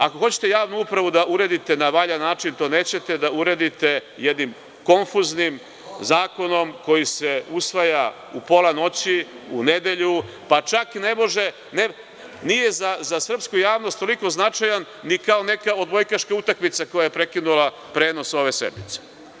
Ako hoćete javnu upravu da uredite na valjan način, to nećete da uredite jednim konfuznim zakonom koji se usvaja u pola noći, u nedelju, pa čak nije za srpsku javnost toliko značajan ni kao neka odbojkaška utakmica koja je prekinula prenos ove sednice.